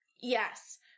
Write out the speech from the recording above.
Yes